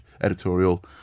editorial